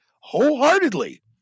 wholeheartedly